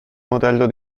modello